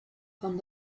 von